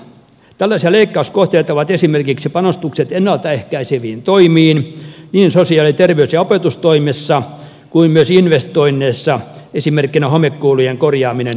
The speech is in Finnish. tällaisia leikkauskohteita ovat esimerkiksi panostukset ennalta ehkäiseviin toimiin niin sosiaali terveys ja opetustoimessa kuin myös investoinneissa esimerkkinä homekoulujen korjaaminen pikaisesti